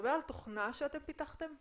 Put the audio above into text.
מדבר על תוכנה שאתם פיתחתם?